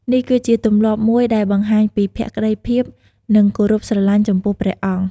នេះគឺជាទម្លាប់មួយដែលបង្ហាញពីភក្តីភាព និងគោរពស្រលាញ់ចំពោះព្រះអង្គ។